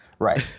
Right